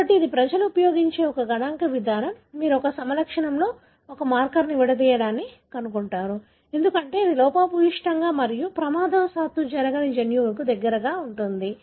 కాబట్టి ఇది ప్రజలు ఉపయోగించే ఒక గణాంక విధానం మీరు ఒక సమలక్షణంతో ఒక మార్కర్ని విడదీయడాన్ని కనుగొంటారు ఎందుకంటే ఇది లోపభూయిష్టంగా మరియు ప్రమాదవశాత్తు జరగని జన్యువుకు దగ్గరగా ఉంటుంది